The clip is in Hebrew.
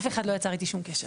אף אחד לא יצר איתי שום קשר.